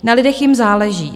Na lidech jim záleží.